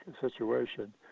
situation